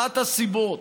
אחת הסיבות,